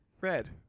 Red